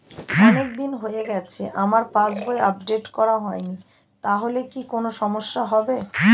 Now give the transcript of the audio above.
অনেকদিন হয়ে গেছে আমার পাস বই আপডেট করা হয়নি তাহলে কি কোন সমস্যা হবে?